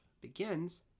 begins